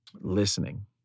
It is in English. Listening